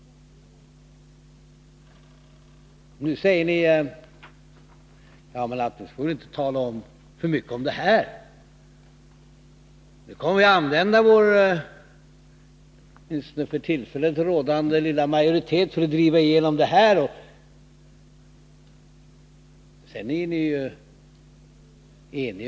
Nu säger ni: Vi skall inte tala så mycket mer om det här, utan vi kommer att använda vår åtminstone för tillfället lilla majoritet för att driva igenom detta projekt. Det är ni ense om.